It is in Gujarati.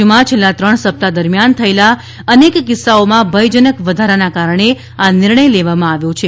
રાજ્યમાં છેલ્લા ત્રણ સપ્તાહ દરમિયાન થયેલા અનેક કિસ્સાઓમાં ભયજનક વધારાને કારણે આ નિર્ણય લેવામાં આવ્યો છે